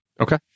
Okay